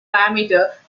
diameter